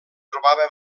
trobava